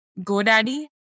GoDaddy